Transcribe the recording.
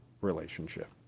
relationship